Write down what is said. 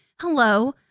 hello